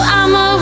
I'ma